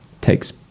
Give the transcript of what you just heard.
takes